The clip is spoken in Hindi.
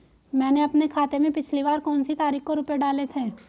मैंने अपने खाते में पिछली बार कौनसी तारीख को रुपये डाले थे?